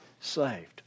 saved